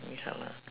ya lah